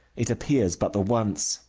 it appears but the once,